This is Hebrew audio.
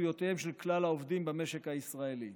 זכויותיהם של כלל העובדים במשק הישראלי.